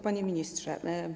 Panie Ministrze!